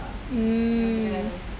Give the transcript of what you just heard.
mm